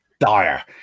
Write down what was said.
Dire